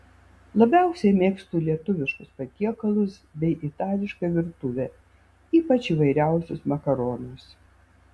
labiausiai mėgstu lietuviškus patiekalus bei itališką virtuvę ypač įvairiausius makaronus